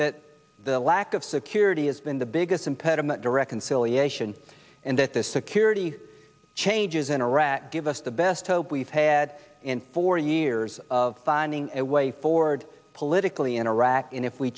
that the lack of security has been the biggest impediment to reconciliation and that the security changes in iraq give us the best hope we've had in four years of finding a way forward politically in iraq and if we